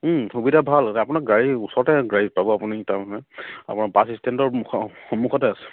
সুবিধা ভাল আপোনাক গাড়ী ওচৰতে গাড়ী পাব আপুনি তাৰমানে আপোনাৰ বাছ ষ্টেণ্ডৰ মুখতে সমুখতে আছে